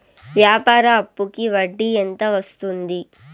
వ్యాపార అప్పుకి వడ్డీ ఎంత వస్తుంది?